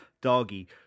doggy